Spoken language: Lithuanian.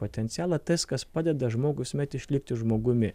potencialą tas kas padeda žmogui visuomet išlikti žmogumi